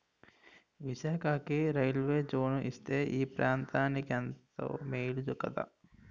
విశాఖకి railway zone ఇస్తే ఈ ప్రాంతనికెంతో మేలు కదా